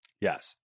Yes